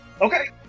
Okay